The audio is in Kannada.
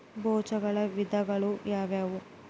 ಬೇಜಗಳ ವಿಧಗಳು ಯಾವುವು?